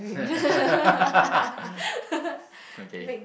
okay